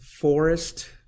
forest